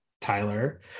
Tyler